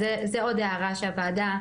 אז זה עוד הערה שהוועדה,